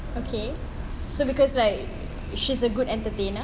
so because like she's a good entertainer